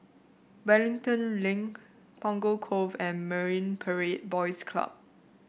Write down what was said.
Wellington Link Punggol Cove and Marine Parade Boys Club